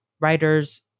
writers